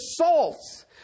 assaults